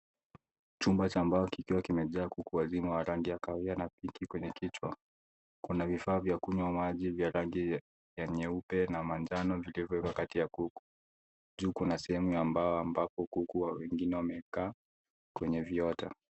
Chumba cha mbao kikiwa kimejaa kuku wazima wa rangi ya kahawia na pinki kwenye kichwa. Kuna vifaa vya kunywa maji vya rangi ya nyeupe na manjano vilivyowekwa kati ya kuku. Juu kuna sehemu ya mbao ambapo kuku wengine wamekaa kwenye viota.